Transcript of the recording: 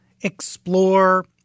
Explore